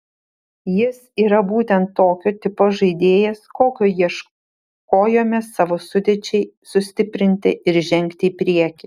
jis yra būtent tokio tipo žaidėjas kokio ieškojome savo sudėčiai sustiprinti ir žengti į priekį